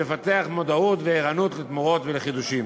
ולפתח מודעות וערנות לתמורות ולחידושים.